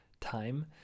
time